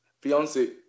fiance